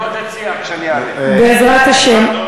בעזרת השם.